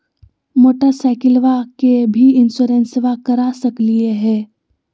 मोटरसाइकिलबा के भी इंसोरेंसबा करा सकलीय है?